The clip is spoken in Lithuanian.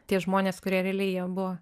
tie žmonės kurie realiai jie buvo